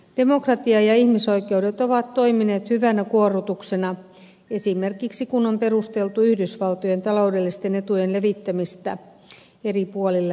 demokratia ja ihmisoikeudet ovat toimineet hyvänä kuorrutuksena esimerkiksi kun on perusteltu yhdysvaltojen taloudellisten etujen levittämistä eri puolille maailmaa